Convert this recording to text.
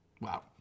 Wow